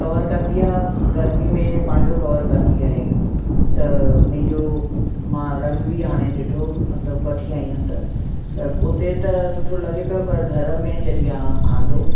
cover कंदी आहे गर्मी में पंहिंजो कवर कंदी आहे त उन जो मां रंग बि हाणे ॾिठो मतिलबु वठी आई आहे त त उते त सुठो लॻे पियो पर घर में जॾहिं आंदो